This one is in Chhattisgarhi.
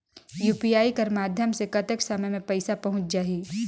यू.पी.आई कर माध्यम से कतेक समय मे पइसा पहुंच जाहि?